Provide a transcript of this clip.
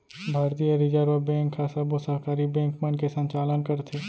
भारतीय reserve bank ह सबो सहकारी बेंक मन के संचालन करथे